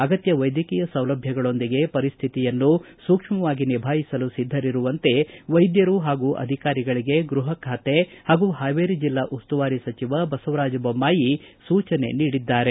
ಅಗತ್ತ ವೈದ್ಯಕೀಯ ಸೌಲಭ್ಯಗಳೊಂದಿಗೆ ಪರಿಸ್ಟಿತಿಯನ್ನು ಸೂಕ್ಷ್ಮವಾಗಿ ನಿಭಾಯಿಸಲು ಸಿದ್ದರಿರುವಂತೆ ವೈದ್ದಾಧಿಕಾರಿಗಳಿಗೆ ಹಾಗೂ ಜಿಲ್ಲಾ ಮಟ್ಟದ ಅಧಿಕಾರಿಗಳಿಗೆ ಗೃಹ ಖಾತೆ ಹಾಗೂ ಹಾವೇರಿ ಜಿಲ್ಲಾ ಉಸ್ತುವಾರಿ ಸಚಿವ ಬಸವರಾಜ ಬೊಮ್ಮಾಯಿ ಸೂಚನೆ ನೀಡಿದ್ದಾರೆ